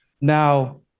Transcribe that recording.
Now